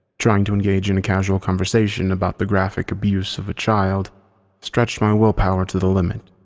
trying to engage in a casual conversation about the graphic abuse of a child stretched my will power to the limit.